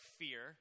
fear